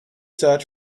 search